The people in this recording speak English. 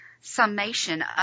summation